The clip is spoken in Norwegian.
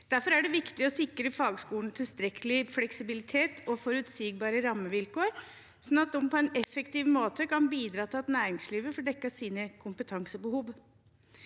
Derfor er det viktig å sikre fagskolene tilstrekkelig fleksibilitet og forutsigbare rammevilkår, slik at de på en effektiv måte kan bidra til at næringslivet får dekket sine kompetansebehov.